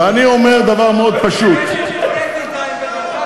ואני אומר דבר מאוד פשוט, זה לא חוג חברים פה.